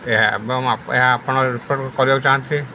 ଏହା ଏବଂ ଏହା ଆପଣ ରିପୋର୍ଟ୍ କରିବାକୁ ଚାହାଁନ୍ତି